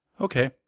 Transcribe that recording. Okay